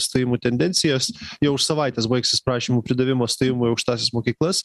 stojimų tendencijas jau už savaitės baigsis prašymų pridavimo stojimo į aukštąsias mokyklas